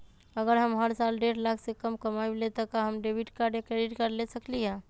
अगर हम हर साल डेढ़ लाख से कम कमावईले त का हम डेबिट कार्ड या क्रेडिट कार्ड ले सकली ह?